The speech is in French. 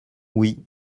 oui